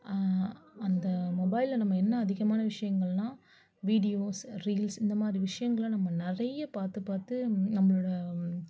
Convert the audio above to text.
அந்த மொபைலில் நம்ம என்ன அதிகமான விஷயங்கள்னா வீடியோஸ் ரீல்ஸ் இந்தமாதிரி விஷயங்கள நம்ம நிறைய பார்த்து பார்த்து நம்மளோடய